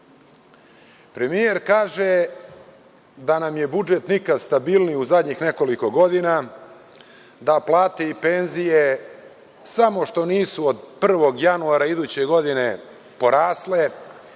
Premijer kaže da nam je budžet nikad stabilniji u zadnjih nekoliko godina, da plate i penzije samo što nisu od 1 iduće godine porasle,